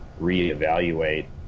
reevaluate